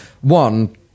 One